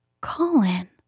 Colin